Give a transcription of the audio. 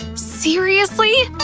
seriously!